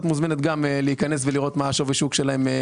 את מוזמנת להיכנס ולראות מה שווי השוק שלהן.